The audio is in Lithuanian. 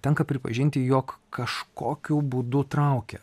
tenka pripažinti jog kažkokiu būdu traukia